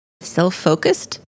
self-focused